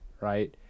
right